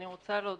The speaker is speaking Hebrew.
אני רוצה להודות,